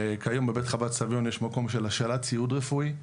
כיום בבית חב"ד סביון יש מקום של השאלת ציוד רפואי,